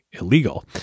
illegal